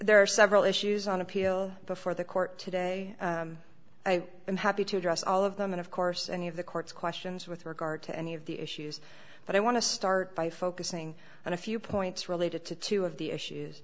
there are several issues on appeal before the court today i am happy to address all of them and of course any of the court's questions with regard to any of the issues but i want to start by focusing on a few points related to two of the